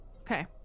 Okay